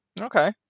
Okay